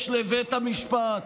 יש לבית המשפט,